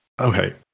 Okay